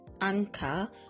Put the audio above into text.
Anchor